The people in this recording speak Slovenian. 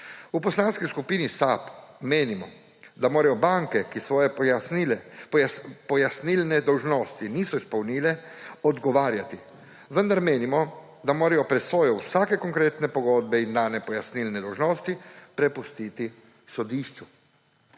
V Poslanski skupini SAB menimo, da morajo banke, ki svoje pojasnilne dolžnosti niso izpolnile, odgovarjati. Vendar menimo, da morajo presojo vsake konkretne pogodbe in dane pojasnilne dolžnosti prepustiti sodišču.